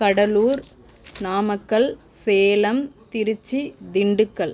Cuddalore Namakkal Salem Trichy Dindigul